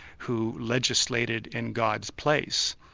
who legislated in god's place,